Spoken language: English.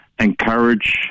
encourage